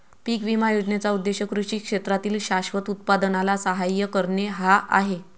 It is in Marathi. पीक विमा योजनेचा उद्देश कृषी क्षेत्रातील शाश्वत उत्पादनाला सहाय्य करणे हा आहे